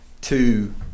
two